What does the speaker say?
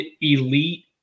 elite